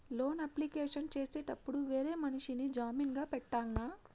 Loan application చేసేటప్పుడు వేరే మనిషిని జామీన్ గా పెట్టాల్నా?